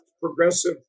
progressive